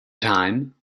time